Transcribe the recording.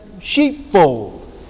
sheepfold